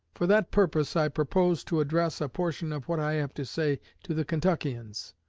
for that purpose i propose to address a portion of what i have to say to the kentuckians.